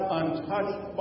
untouched